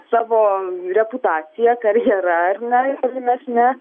savo reputacija karjera ar ne nes ne